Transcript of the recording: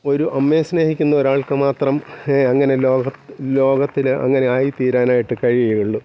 ഒരു അമ്മയെ സ്നേഹിക്കുന്ന ഒരാൾക്കുമാത്രം അങ്ങനെ ലോകം ലോകത്തില് അങ്ങനെ ആയിത്തീരാനായിട്ട് കഴിയുകയുള്ളു